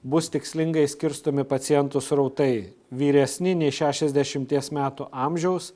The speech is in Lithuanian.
bus tikslingai skirstomi pacientų srautai vyresni nei šešiasdešimties metų amžiaus